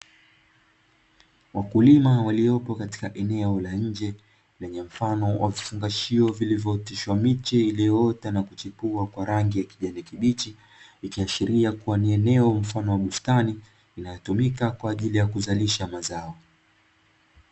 Wakulima waliopo katika eneo la nje lenye mfano wa vifungashio vilivyooteshwa miche iliyoota na kuchepua kwa rangi ya kijani kibichi, ikiashiria kuwa ni eneo mfano wa bustani inayotumika kwa ajili ya kuzalisha mazao.